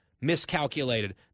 miscalculated